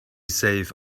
safe